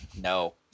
no